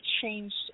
changed